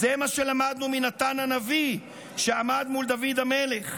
זה מה שלמדנו מנתן הנביא שעמד מול דוד המלך,